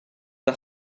the